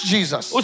Jesus